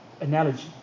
analogy